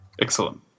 Excellent